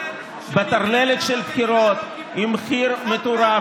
בטרללת של בחירות עם מחיר מטורף,